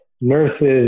nurses